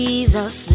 Jesus